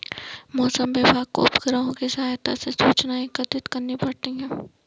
मौसम विभाग को उपग्रहों के सहायता से सूचनाएं एकत्रित करनी पड़ती है